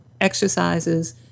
exercises